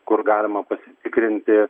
kur galima pasitikrinti